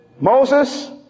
Moses